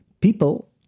people